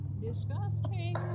Disgusting